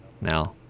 now